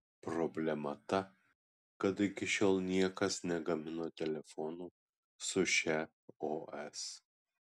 problema ta kad iki šiol niekas negamino telefonų su šia os